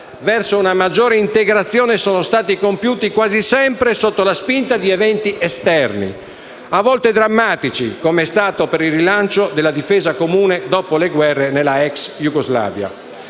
verso una maggiore integrazione sono stati compiuti quasi sempre sotto la spinta di eventi esterni, a volte drammatici, come è stato per il rilancio della difesa comune dopo le guerre nella ex Jugoslavia.